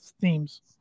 themes